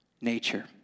nature